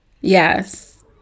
Yes